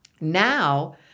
Now